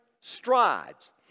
strides